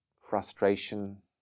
frustration